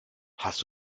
hast